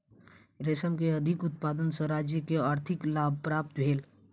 रेशम के अधिक उत्पादन सॅ राज्य के आर्थिक लाभ प्राप्त भेल